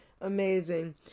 Amazing